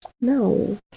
No